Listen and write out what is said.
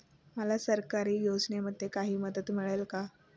मला सरकारी योजनेमध्ये काही मदत मिळेल का?